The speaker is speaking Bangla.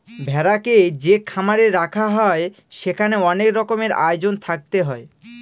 ভেড়াকে যে খামারে রাখা হয় সেখানে অনেক রকমের আয়োজন থাকতে হয়